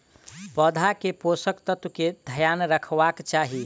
पौधा के पोषक तत्व के ध्यान रखवाक चाही